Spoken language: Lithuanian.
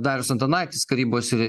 darius antanaitis karybos ir